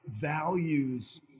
values